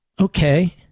Okay